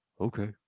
okay